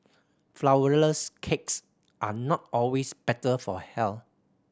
flourless cakes are not always better for health